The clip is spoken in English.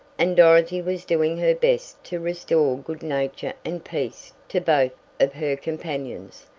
and dorothy was doing her best to restore good nature and peace to both of her companions.